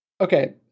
Okay